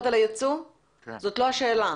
זאת לא האלה.